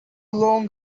long